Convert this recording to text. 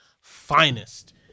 Finest